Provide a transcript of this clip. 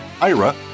Ira